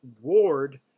Ward